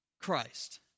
Christ